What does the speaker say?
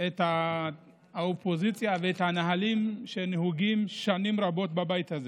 את האופוזיציה ואת הנהלים שנהוגים שנים רבות בבית הזה.